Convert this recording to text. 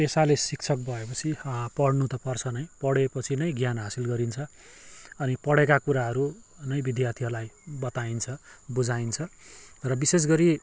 पेसाले शिक्षक भएपछि पढ्नु त पर्छ नै पढेपछि नै ज्ञान हासिल गरिन्छ अनि पढेका कुराहरू नै विद्यार्थीहरू लाई बताइन्छ बुझाइन्छ र विशेष गरी